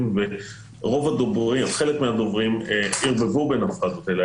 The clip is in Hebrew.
וחלק מהדוברים ערבבו בין הפאזות האלה.